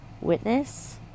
witness